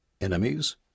Enemies